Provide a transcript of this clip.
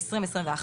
2021,